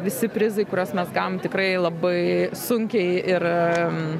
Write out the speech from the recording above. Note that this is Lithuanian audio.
visi prizai kuriuos mes gavom tikrai labai sunkiai ir